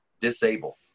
disable